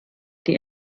die